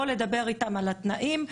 או לדבר איתם על התנאים,